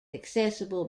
accessible